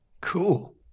cool